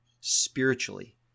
spiritually